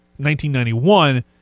1991